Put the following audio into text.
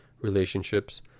relationships